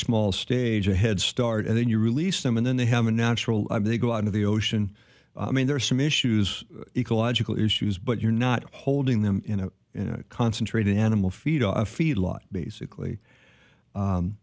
small stage a head start and then you release them and then they have a natural they go out into the ocean i mean there are some issues google issues but you're not holding them in a concentrated animal feed off feed lot basically